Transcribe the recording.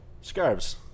Scarves